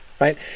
right